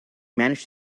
managed